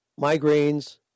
migraines